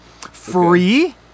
Free